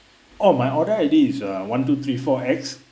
orh my order I_D is uh one two three four X